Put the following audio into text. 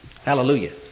Hallelujah